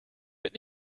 wird